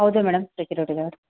ಹೌದು madam security guard